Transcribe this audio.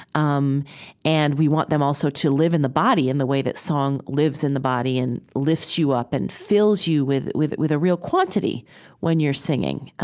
um and we want them also to live in the body in the way that song lives in the body and lifts you up and fills you with with a real quantity when you're singing.